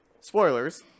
spoilers